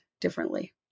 differently